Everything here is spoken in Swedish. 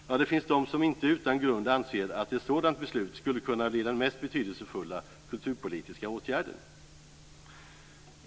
Ja, det finns de som inte utan grund anser att ett sådant beslut skulle kunna bli den mest betydelsefulla kulturpolitiska åtgärden.